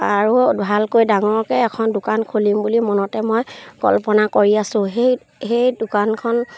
আৰু ভালকৈ ডাঙৰকৈ এখন দোকান খুলিম বুলি মনতে মই কল্পনা কৰি আছোঁ সেই সেই দোকানখন